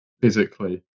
physically